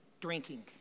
drinking